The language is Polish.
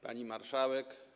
Pani Marszałek!